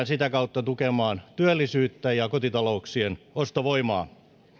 sitä kautta tukemaan työllisyyttä ja ja kotitalouksien ostovoimaa